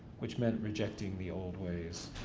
which meant rejecting the old ways,